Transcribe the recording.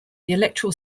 electoral